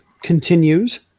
continues